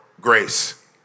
grace